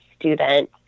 student